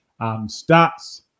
Stats